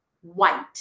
white